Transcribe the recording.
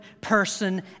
person